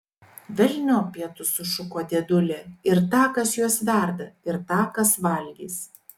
velniop pietus sušuko dėdulė ir tą kas juos verda ir tą kas valgys